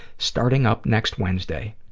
starting up next wednesday.